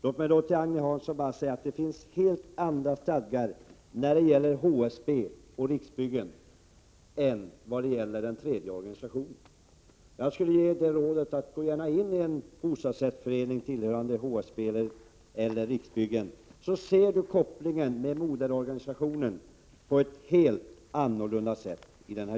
Låt mig då till Agne Hansson säga att det finns helt andra stadgar inom HSB och Riksbyggen än inom den tredje organisationen. Jag vill ge Agne Hansson rådet att gå in i en bostadsrättsförening tillhörande HSB eller Riksbyggen, så att han får se den koppling som finns till moderorganisationen.